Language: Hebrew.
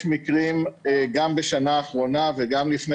יש מקרים גם בשנה האחרונה וגם לפני